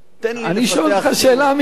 אני שואל אותך שאלה אמיתית.